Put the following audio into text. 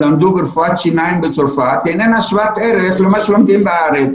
למדו ברפואת שיניים בצרפת איננה שוות ערך למה שלומדים בארץ.